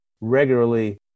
regularly